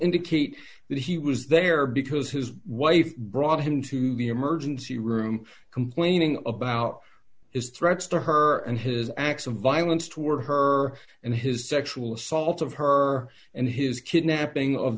indicate that he was there because his wife brought him to the emergency room complaining about is threats to her and his acts of violence toward her and his sexual assault of her and his kidnapping of